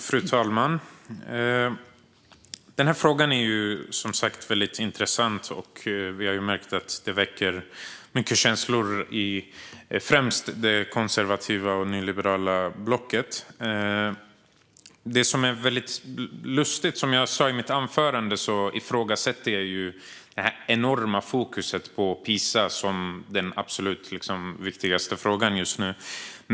Fru talman! Denna fråga är väldigt intressant, och vi har märkt att den väcker många känslor i främst det konservativa och nyliberala blocket. Som jag sa i mitt huvudanförande ifrågasätter jag det enorma fokuset på PISA som den absolut viktigaste frågan just nu.